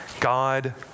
God